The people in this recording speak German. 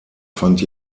fand